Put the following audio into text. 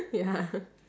ya